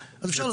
אז אפשר.